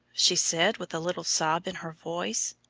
she said, with a little sob in her voice.